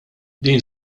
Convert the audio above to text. din